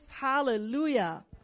Hallelujah